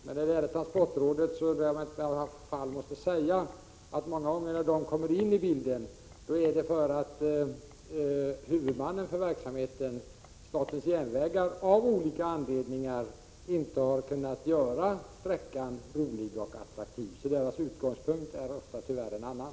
Men när det gäller transportrådet måste jag säga att många gånger när det kommer in i bilden beror det på att huvudmannen för verksamheten, statens järnvägar, av olika anledningar inte kunnat göra sträckan tillräckligt attraktiv, och SJ:s utgångspunkt är ofta tyvärr en annan.